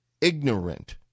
ignorant